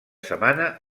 setmana